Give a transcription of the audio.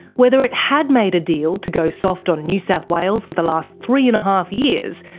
whether it had made a deal to go soft on new south wales for the last three and a half years,